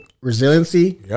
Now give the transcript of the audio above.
Resiliency